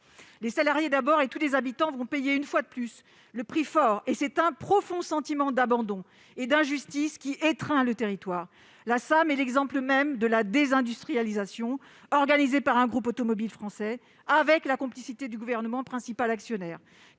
Les salariés d'abord, mais aussi tous les habitants, vont payer une fois de plus le prix fort. C'est un profond sentiment d'abandon et d'injustice qui étreint ce territoire. La situation de la SAM constitue l'exemple même de la désindustrialisation, organisée par un groupe automobile français, avec la complicité du Gouvernement, principal actionnaire.